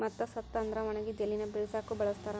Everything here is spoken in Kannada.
ಮತ್ತ ಸತ್ತ ಅಂದ್ರ ಒಣಗಿದ ಎಲಿನ ಬಿಳಸಾಕು ಬಳಸ್ತಾರ